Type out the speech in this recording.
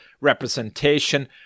representation